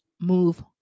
move